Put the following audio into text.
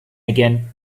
again